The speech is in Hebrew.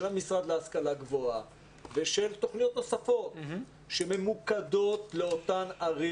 של המשרד להשכלה גבוהה ותכניות נוספות שממוקדות לאותן ערים